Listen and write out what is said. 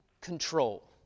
control